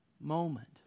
moment